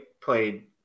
played –